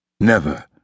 Never